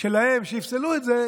שלהם שיפסלו את זה,